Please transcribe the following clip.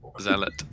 zealot